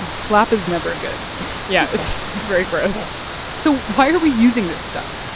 ah slop is never good yeah. it's it's very gross so why are we using this stuff?